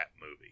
movie